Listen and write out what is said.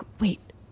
wait